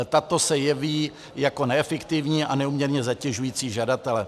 Tato se jeví jako neefektivní a neúměrně zatěžující žadatele.